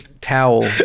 towel